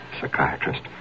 Psychiatrist